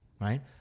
right